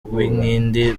uwinkindi